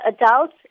adults